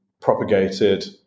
propagated